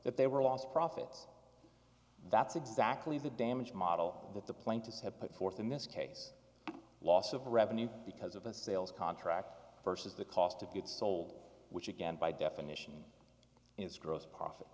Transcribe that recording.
that they were lost profits that's exactly the damage model that the plaintiffs have put forth in this case loss of revenue because of a sales contract versus the cost of goods sold which again by definition is gross profit